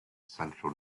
essential